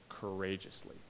courageously